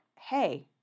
hey